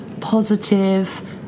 positive